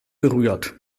berührt